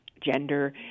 gender